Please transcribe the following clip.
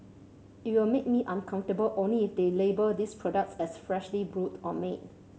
it will make me uncomfortable only if they label these products as freshly brewed or made